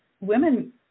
women